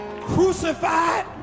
crucified